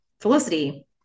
Felicity